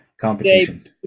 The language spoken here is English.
competition